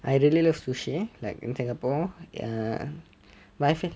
I really love sushi like in singapore err my friend